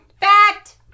Fact